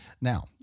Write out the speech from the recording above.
Now